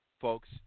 Folks